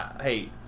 hey